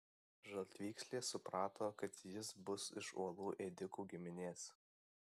žaltvykslė suprato kad jis bus iš uolų ėdikų giminės